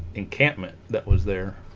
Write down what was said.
encampment that was there